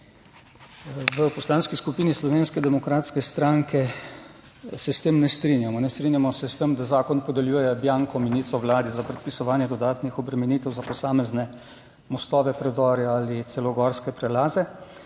V Poslanski skupini Slovenske demokratske stranke se s tem ne strinjamo. Ne strinjamo se s tem, da zakon podeljuje bianko menico Vladi za predpisovanje dodatnih obremenitev za posamezne mostove, predore ali celo gorske prelaze.